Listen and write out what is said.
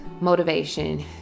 motivation